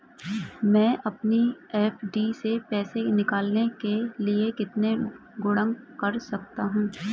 मैं अपनी एफ.डी से पैसे निकालने के लिए कितने गुणक कर सकता हूँ?